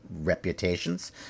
reputations